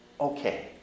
okay